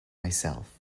myself